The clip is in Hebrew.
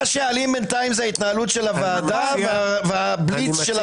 מה שאלים בינתיים זה ההתנהלות של הוועדה והבליץ של הממשלה.